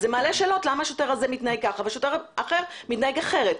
זה מעלה שאלות למה השוטר הזה מתנהג כך ושוטר אחר מתנהג אחרת.